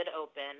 open